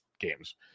games